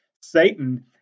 Satan